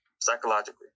psychologically